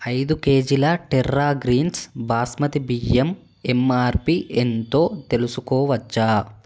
ఐదు కేజీల Terra Greens basmati బియ్యం ఎంఆర్పి ఎంతో తెలుసుకోవచ్చా